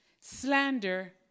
slander